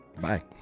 Bye